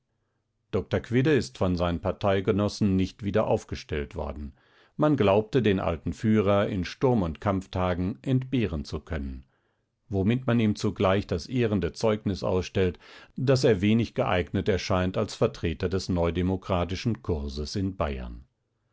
dr quidde ist von seinen parteigenossen nicht wieder aufgestellt worden man glaubte den alten führer in sturm und kampftagen entbehren zu können womit man ihm zugleich das ehrende zeugnis ausstellt daß er wenig geeignet erscheint als vertreter des neudemokratischen kurses in bayern